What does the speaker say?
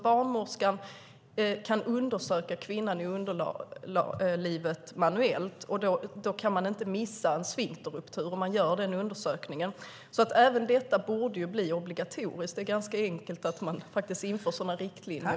Barnmorskan kan undersöka kvinnans underliv manuellt, och om man gör en sådan undersökning kan man inte missa en sfinkterruptur. Även detta borde bli obligatoriskt. Det är ganska enkelt att införa sådana riktlinjer.